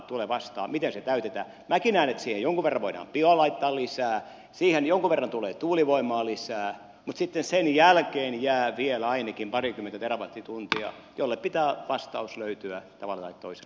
minäkin näen että siihen jonkun verran voidaan bioa laittaa lisää siihen jonkun verran tulee tuulivoimaa lisää mutta sitten sen jälkeen jää vielä ainakin parikymmentä terawattituntia joille pitää vastaus löytyä tavalla tai toisella